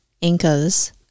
Incas